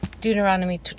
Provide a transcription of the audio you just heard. Deuteronomy